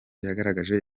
yagaragaje